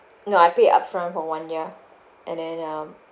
no I pay upfront for one year and then um